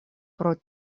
pro